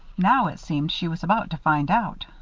now, it seemed, she was about to find out.